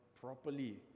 properly